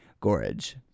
gorge